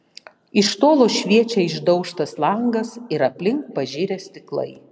iš tolo šviečia išdaužtas langas ir aplink pažirę stiklai